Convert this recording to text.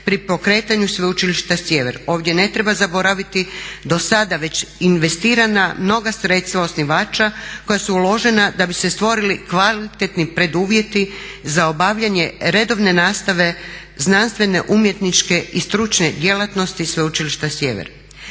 pri pokretanju Sveučilišta Sjever ovdje ne treba zaboraviti dosada već investirana mnoga sredstva osnivača koja su uložena da bi se stvorili kvalitetni preduvjeti za obavljanje redovne nastave znanstvene, umjetničke i stručne djelatnosti Sveučilišta Sjever.